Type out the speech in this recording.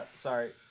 Sorry